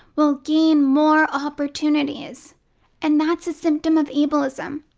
will gain more opportunities and that's a symptom of ableism.